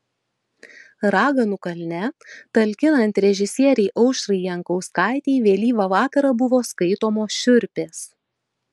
raganų kalne talkinant režisierei aušrai jankauskaitei vėlyvą vakarą buvo skaitomos šiurpės